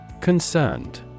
Concerned